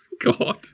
God